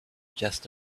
just